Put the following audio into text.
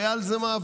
והיה על זה מאבק.